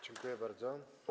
Dziękuję bardzo.